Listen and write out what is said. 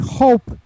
hope